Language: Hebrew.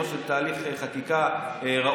כמו שראוי שתהליך חקיקה יהיה.